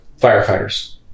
firefighters